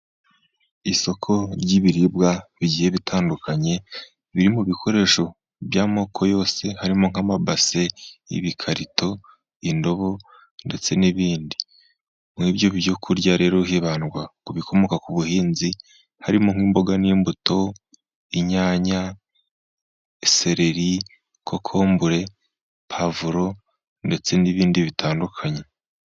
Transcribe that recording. Isoko ry'ibiribwa bigiye bitandukanye biri mu bikoresho by'amoko yose, harimo nk'amabase, ibikarito, indobo, ndetse n'ibindi. Muri ibyo byo kurya rero hibandwa ku bikomoka ku buhinzi, harimo nk'imboga n'imbuto, inyanya, sereri ,kokombure, pavuro, ndetse n'ibindi bitandukanye.